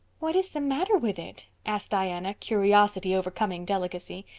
what is the matter with it? asked diana, curiosity overcoming delicacy.